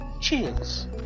Cheers